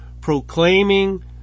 proclaiming